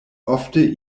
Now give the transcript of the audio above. ofte